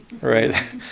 right